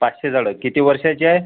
पाचशे झाडं किती वर्षांची आहेत